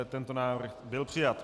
Tento návrh byl přijat.